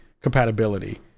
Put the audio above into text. compatibility